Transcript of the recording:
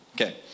Okay